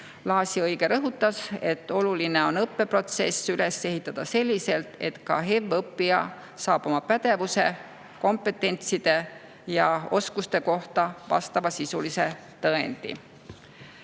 Laasi-Õige rõhutas, et oluline on õppeprotsess üles ehitada selliselt, et ka HEV-õppija saab oma pädevuse, kompetentside ja oskuste kohta tõendi.